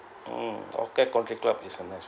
mm orchid country club is a nice